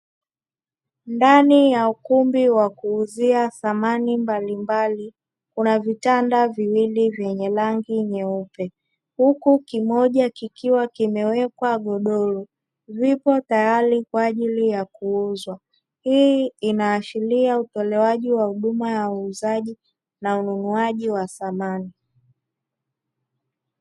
Ndani ya ukumbi wa kuuzia samani mbalimbali kuna vitanda viwili vyenye rangi nyeupe huku kimoja kikiwa kimewekwa godoro vipo tayari kwa ajili ya kuuzwa. Hii inaashiria utolewaji wa huduma ya uuzaji na ununuaji wa samani.